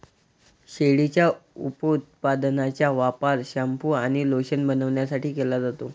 शेळीच्या उपउत्पादनांचा वापर शॅम्पू आणि लोशन बनवण्यासाठी केला जातो